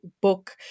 book